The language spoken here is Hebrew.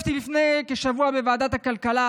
השתתפתי לפני כשבוע בוועדת הכלכלה.